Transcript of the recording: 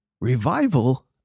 Revival